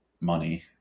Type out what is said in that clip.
money